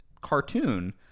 cartoon